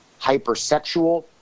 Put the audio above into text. hypersexual